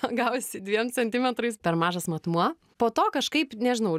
gavosi dviem centimetrais per mažas matmuo po to kažkaip nežinau